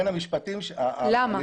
למה?